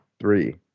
Three